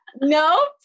no